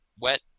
wet